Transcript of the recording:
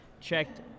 checked